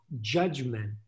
judgment